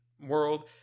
world